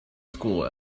school